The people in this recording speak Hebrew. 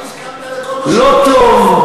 לא טוב,